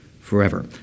forever